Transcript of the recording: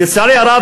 לצערי הרב,